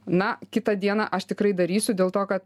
na kitą dieną aš tikrai darysiu dėl to kad